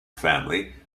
family